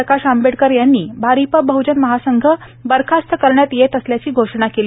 प्रकाश आंबेडकर यांनी आरिप बहजन महासंघ बरखास्त करण्यात येत असल्याची घोषणा केली